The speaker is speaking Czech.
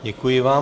Děkuji vám.